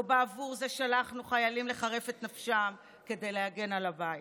לא בעבור זה שלחנו חיילים לחרף את נפשם כדי להגן על הבית.